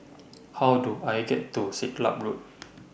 How Do I get to Siglap Road